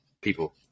people